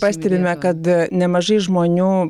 pastebime kad nemažai žmonių